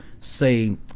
say